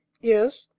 yes,